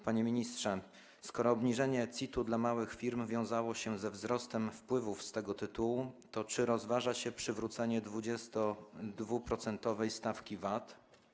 Panie ministrze, skoro obniżenie CIT dla małych firm wiązało się ze wzrostem wpływów z tego tytułu, to czy rozważa się przywrócenie 22-procentowej stawki VAT?